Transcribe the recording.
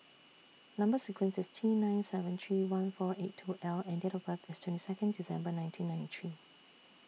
Number sequence IS T nine seven three one four eight two L and Date of birth IS twenty Second December nineteen ninety three